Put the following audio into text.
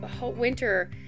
winter